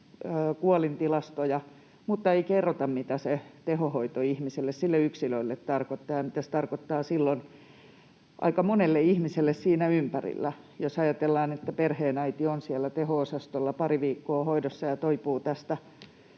kuolintilastoja mutta ei kerrota, mitä tehohoito ihmiselle, sille yksilölle, tarkoittaa ja mitä se tarkoittaa silloin aika monelle ihmiselle siinä ympärillä, jos ajatellaan, että perheenäiti on teho-osastolla pari viikkoa hoidossa ja toipuu tästä